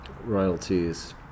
royalties